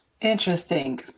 Interesting